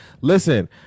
Listen